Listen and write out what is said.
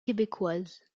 québécoise